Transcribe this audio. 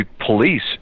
police